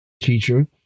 teacher